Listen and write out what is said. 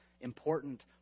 important